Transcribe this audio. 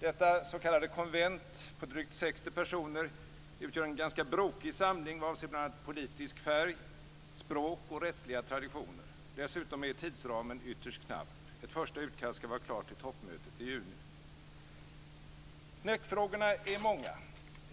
Detta s.k. konvent på drygt 60 personer utgör en ganska brokig samling vad avser bl.a. politisk färg, språk och rättsliga traditioner. Dessutom är tidsramen ytterst knapp - ett första utkast ska vara klart till toppmötet i juni. Knäckfrågorna är många.